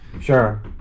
Sure